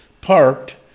parked